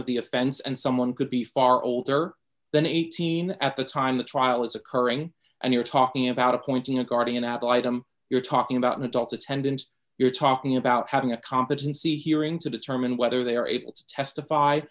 of the offense and someone could be far older than eighteen at the time the trial is occurring and you're talking about appointing a guardian ad litum you're talking about an adult attendance you're talking about having a competency hearing to determine whether they are able to testify